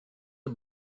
are